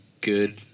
good